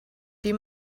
die